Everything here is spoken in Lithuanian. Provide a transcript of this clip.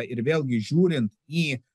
ir vėlgi žiūrint į